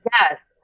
Yes